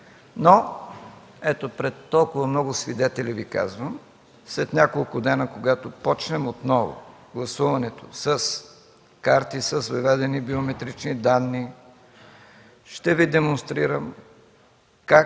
но ето – пред толкова много свидетели Ви казвам: след няколко дни, когато започнем отново гласуването с карти с въведени биометрични данни, ще Ви демонстрирам как